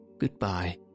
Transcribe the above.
Goodbye